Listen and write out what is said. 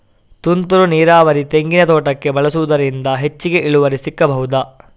ತುಂತುರು ನೀರಾವರಿ ತೆಂಗಿನ ತೋಟಕ್ಕೆ ಬಳಸುವುದರಿಂದ ಹೆಚ್ಚಿಗೆ ಇಳುವರಿ ಸಿಕ್ಕಬಹುದ?